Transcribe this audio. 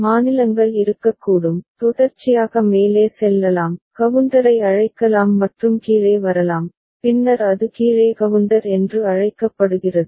மாநிலங்கள் இருக்கக்கூடும் தொடர்ச்சியாக மேலே செல்லலாம் கவுண்டரை அழைக்கலாம் மற்றும் கீழே வரலாம் பின்னர் அது கீழே கவுண்டர் என்று அழைக்கப்படுகிறது